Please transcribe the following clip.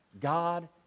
God